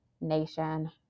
nation